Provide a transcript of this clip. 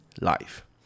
life